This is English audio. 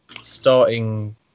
starting